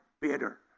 bitter